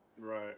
Right